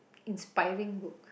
inspiring book